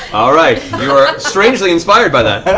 all right. you are strangely inspired by that.